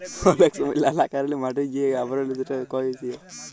অলেক সময় লালা কারলে মাটির যে আবরল সেটা ক্ষয় হ্যয়ে যায়